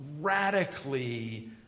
radically